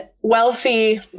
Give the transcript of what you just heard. wealthy